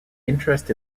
interest